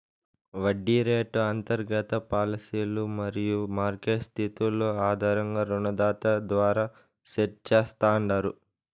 వడ్డీ రేటు అంతర్గత పాలసీలు మరియు మార్కెట్ స్థితుల ఆధారంగా రుణదాత ద్వారా సెట్ చేస్తాండారు